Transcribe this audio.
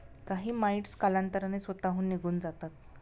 काही माइटस कालांतराने स्वतःहून निघून जातात